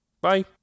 Bye